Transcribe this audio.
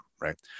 right